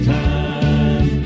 time